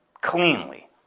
cleanly